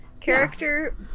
character